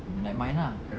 like mine lah